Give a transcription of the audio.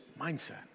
mindset